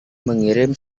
mengirim